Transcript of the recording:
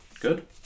Good